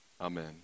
Amen